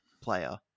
player